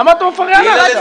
למה את מפריעה לה?